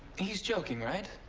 he's joking, right?